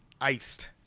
iced